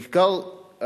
בעיקר,